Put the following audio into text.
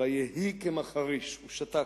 "ויהי כמחריש" הוא שתק,